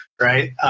right